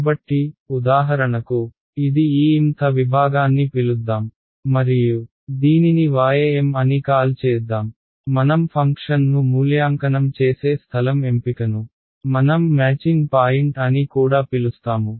కాబట్టి ఉదాహరణకు ఇది ఈ m th విభాగాన్ని పిలుద్దాం మరియు దీనిని ym అని కాల్ చేద్దాం మనం ఫంక్షన్ను మూల్యాంకనం చేసే స్థలం ఎంపికను మనం మ్యాచింగ్ పాయింట్ అని కూడా పిలుస్తాము